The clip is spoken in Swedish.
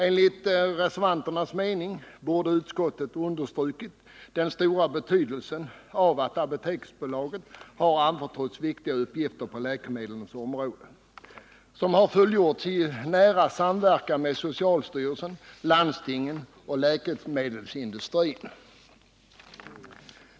Enligt reservanternas mening borde utskottet ha understrukit den stora betydelsen av att Apoteksbolaget har anförtrotts viktiga uppgifter på Nr 33 läkemedelsområdet, som har fullgjorts i nära samverkan med socialstyrelsen, landstingen och läkemedelsindustrin.